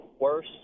worse